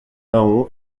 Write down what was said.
nahon